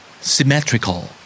Symmetrical